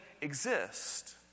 exist